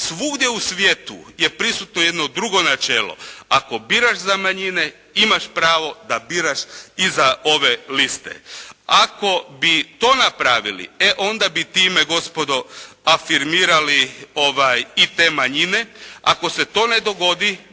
Svugdje u svijetu je prisutno jedno drugo načelo. Ako biraš za manjine imaš pravo da biraš i za ove liste. Ako bi to napravili e, onda bi time gospodo afirmirali i te manjine. Ako se to ne dogodi